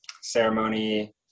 ceremony